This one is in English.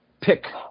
pick